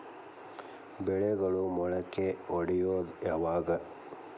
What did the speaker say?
ಬೆಳೆಗಳು ಮೊಳಕೆ ಒಡಿಯೋದ್ ಯಾವಾಗ್?